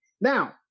Now-